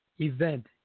event